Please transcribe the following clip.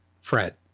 Fred